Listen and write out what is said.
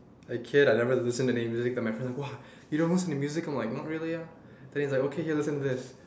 a kid I never listen to any music then my friend was like !wah! you don't listen to music oh my god really ah okay here listen to this